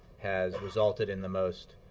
has resulted in the most